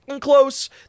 close